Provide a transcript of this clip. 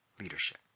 leadership